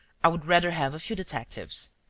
i would rather have a few detectives.